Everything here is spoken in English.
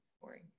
boring